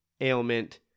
ailment